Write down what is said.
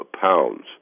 pounds